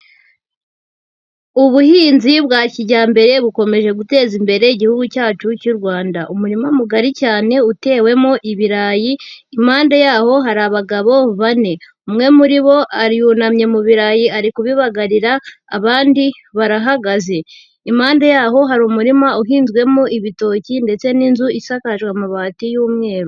Ubuhinzi bwa kijyambere bukomeje guteza imbere Igihugu cyacu cy'u Rwanda, umurima mugari cyane utewemo ibirayi, impande yaho hari abagabo bane, umwe muri bo yunamye mu birarayi ari kubibagarira abandi barahagaze, impande yaho hari umurima uhinzwemo ibitoki ndetse n'inzu isakajwe amabati y'umweru.